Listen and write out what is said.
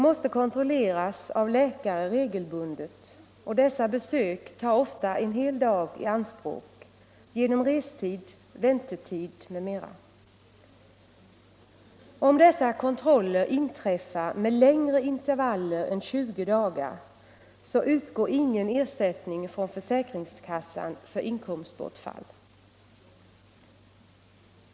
Dessa människor måste regelbundet kontrolleras av läkare, och besöken tar oftast en hel dag i anspråk genom restid, väntetid m.m. Om dessa kontroller inträffar med längre intervaller än 20 dagar, utgår ingen ersättning från försäkringskassan för inkomstbortfall.